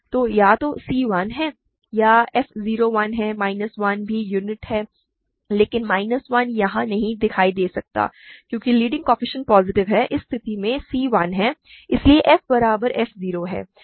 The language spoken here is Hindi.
तो या तो c 1 है या f 0 1 है माइनस 1 भी यूनिट है लेकिन माइनस 1 यहां नहीं दिखाई दे सकता है क्योंकि लीडिंग कोएफ़िशिएंट पॉजिटिव है इस स्थिति में c 1 है इसलिए f बराबर f 0 है